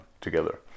together